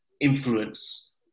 influence